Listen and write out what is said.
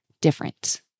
different